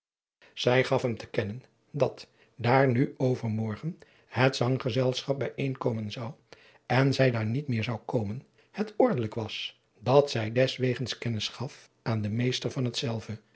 zij gaf hem te kennen dat daar nu overmorgen het zanggezelschap bijeenkomen zou en zij daar niet meer zou komen het ordenlijk was dat zij deswegens kennis gaf aan den meester van hetzelve